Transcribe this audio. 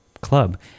club